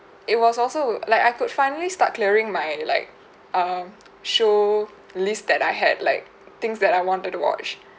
it was also like I could finally start clearing my like um show list that I had like things that I wanted to watch